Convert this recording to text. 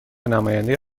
نماینده